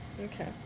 Okay